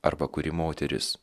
arba kuri moteris